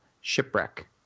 shipwreck